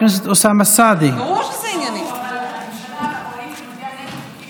המסלול הזה של האכיפה המינהלית באמצעות